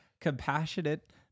compassionate